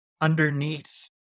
underneath